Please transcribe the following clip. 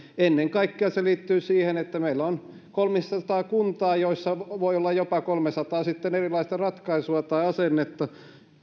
ennen kaikkea se liittyy siihen että meillä on kolmisensataa kuntaa joissa voi olla jopa kolmesataa erilaista ratkaisua tai asennetta